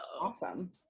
Awesome